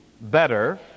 better